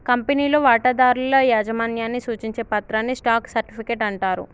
కంపెనీలో వాటాదారుల యాజమాన్యాన్ని సూచించే పత్రాన్ని స్టాక్ సర్టిఫికెట్ అంటారు